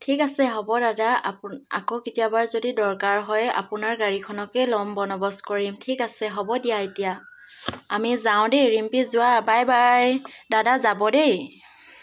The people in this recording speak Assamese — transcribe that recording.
ঠিক আছে হ'ব দাদা আপু আকৌ কেতিয়াবা যদি দৰকাৰ হয় আপোনাৰ গাড়ীখনকে ল'ম বন্দবস্ত কৰিম ঠিক আছে হ'ব দিয়া এতিয়া আমি যাওঁ দেই ৰিম্পী যোৱা বাই বাই দাদা যাব দেই